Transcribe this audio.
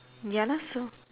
ya lah so